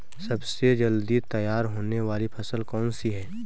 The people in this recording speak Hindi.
सबसे जल्दी तैयार होने वाली फसल कौन सी है?